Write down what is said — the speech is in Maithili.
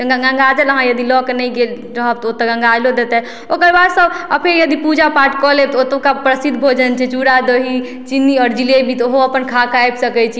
ओहिमे गंगाजल अहाँ यदि लऽके नहि गेल रहब तऽ ओतोऽ गंगाजलो देतैथि ओकरबाद से अपने यदि पूजा पाठ कऽ लेब तऽ ओतुका प्रसिद्ध भोजन छै चूड़ा दही चिन्नी आओर जलेबी तऽ उहो अपन खाके आबि सकैत छी दे